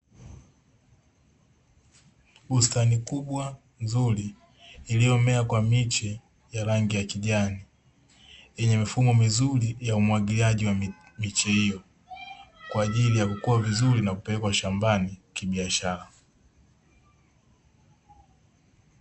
Bustani kubwa nzuri iliyomea kwa miche ya rangi ya kijani, yenye mifumo mizuri ya umwagiliaji wa miche hiyo kwaajili ya kukua vizuri na kupelekwa shambani kibiashara.